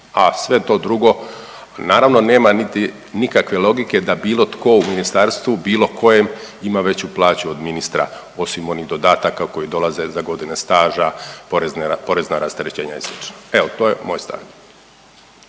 a sve to drugo naravno nema niti nikakve logike da bilo tko u ministarstvu bilo kojem ima veću plaću od ministra osim onih dodataka koji dolaze za godine staža, porezna rasterećenja i slično. Evo to je moj stav.